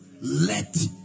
Let